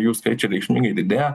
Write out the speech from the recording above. jų skaičiai reikšmingai didėja